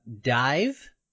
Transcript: dive